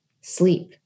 sleep